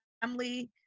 family